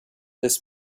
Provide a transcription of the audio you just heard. this